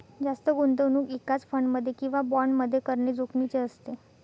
जास्त गुंतवणूक एकाच फंड मध्ये किंवा बॉण्ड मध्ये करणे जोखिमीचे असते